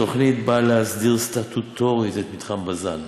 התוכנית באה להסדיר סטטוטורית את מתחם בז"ן,